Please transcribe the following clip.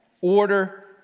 order